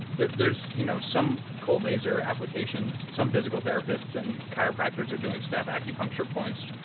that there's you know some cold laser applications, some physical therapists and chiropractors are doing stuff, acupuncture points.